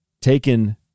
taken